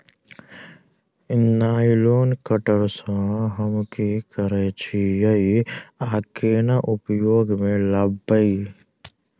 Nylon cutter सँ हम की करै छीयै आ केना उपयोग म लाबबै?